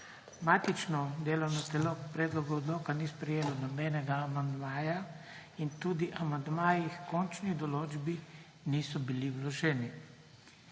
Matično delovno telo k predlogu odloka ni sprejelo nobenega amandmaja in tudi amandmaji h končni določbi niso bili vloženi.